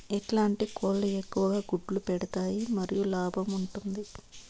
ఎట్లాంటి కోళ్ళు ఎక్కువగా గుడ్లు పెడతాయి మరియు లాభంగా ఉంటుంది?